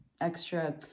extra